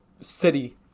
city